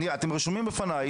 אתם רשומים בפניי,